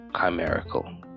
chimerical